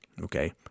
okay